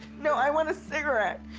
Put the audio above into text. no. i want a cigarette.